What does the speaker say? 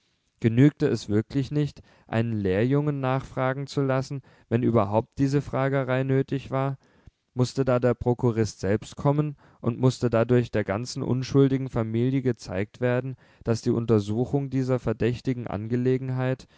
genügte es wirklich nicht einen lehrjungen nachfragen zu lassen wenn überhaupt diese fragerei nötig war mußte da der prokurist selbst kommen und mußte dadurch der ganzen unschuldigen familie gezeigt werden daß die untersuchung dieser verdächtigen angelegenheit